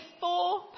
four